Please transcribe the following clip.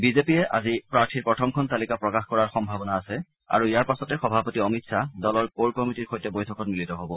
বিজেপিয়ে আজি প্ৰাৰ্থীৰ প্ৰথমখন তালিকা প্ৰকাশ কৰাৰ সম্ভাৱনা আছে আৰু ইয়াৰ পাছতে সভাপতি অমিত শ্বাহ দলৰ কৰ কমিটীৰ সৈতে বৈঠকত মিলিত হ'ব